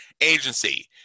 agency